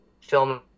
film